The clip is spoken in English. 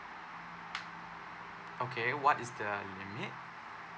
okay what is the limit